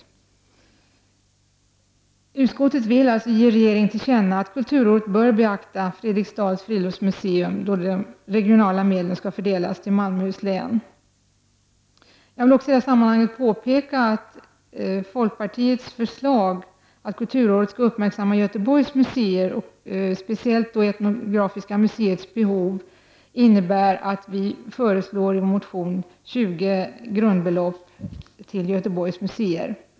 Utskottet vill alltså ge regeringen till känna att kulturrådet bör beakta Fredriksdals friluftsmuseum då de regionala medlen skall fördelas till Malmöhus län. Jag vill också i detta sammanhang peka på folkpartiets förslag att kulturrådet skall uppmärksamma Göteborgs museer och speciellt Etnografiska museets behov. Vi föreslår i vår motion 20 grundbelopp till Göteborgs museer.